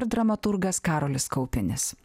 ir dramaturgas karolis kaupinis